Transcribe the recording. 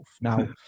now